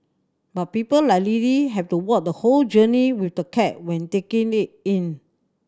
but people like Lily have to walk the whole journey with the cat when taking it in